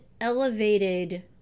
elevated